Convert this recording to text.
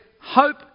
hope